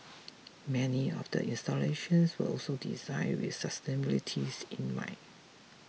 many of the installations were also designed with sustainability in mind